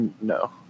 No